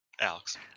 Alex